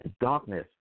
Darkness